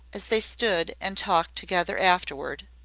as they stood and talked together afterward,